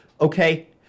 okay